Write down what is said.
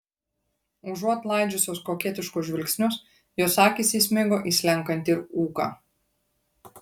užuot laidžiusios koketiškus žvilgsnius jos akys įsmigo į slenkantį ūką